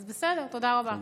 בסדר, תודה רבה.